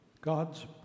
God's